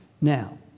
Now